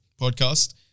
podcast